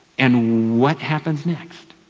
and what happens next?